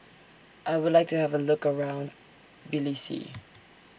I Would like to Have A Look around